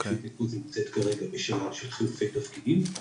רשות הניקוז נמצאת כרגע בשלב של חילופי תפקידים.